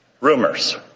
rumors